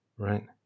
Right